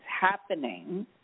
happening